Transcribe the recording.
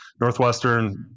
Northwestern